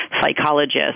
psychologist